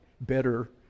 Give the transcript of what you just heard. better